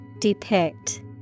depict